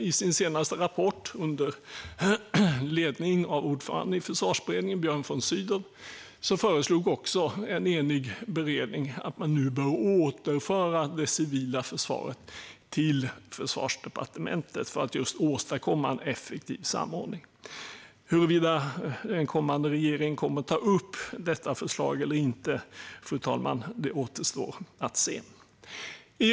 I sin senaste rapport - under ledning av ordföranden i Försvarsberedningen, Björn von Sydow - föreslog en enig beredning att man nu skulle återföra det civila försvaret till Försvarsdepartementet för att just åstadkomma en effektiv samordning. Huruvida en kommande regering kommer att ta upp detta förslag eller inte återstår att se, fru talman.